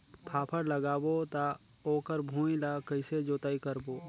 फाफण लगाबो ता ओकर भुईं ला कइसे जोताई करबो?